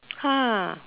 !huh!